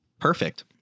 perfect